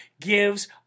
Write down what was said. gives